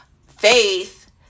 faith